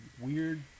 weird